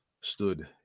stood